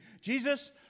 Jesus